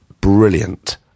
brilliant